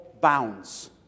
bounds